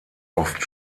oft